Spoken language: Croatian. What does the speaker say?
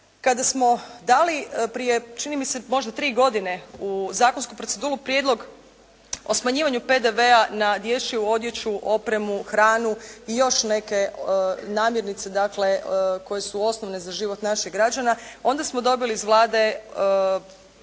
kada smo dali, prije čini mi se tri godine u zakonsku proceduru prijedlog o smanjivanju PDV-a na dječju odjeću, opremu i hanu i još neke namirnice, dakle, koje su osnovne za život naših građana, onda smo dobili iz Vlade